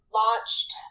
launched